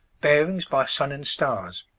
bearings by sun and stars